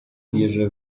wierzę